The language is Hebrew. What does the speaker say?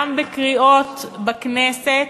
וגם בקריאות בכנסת,